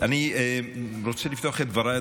אני רוצה לפתוח את דבריי,